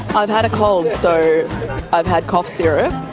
i've had a cold, so i've had cough syrup,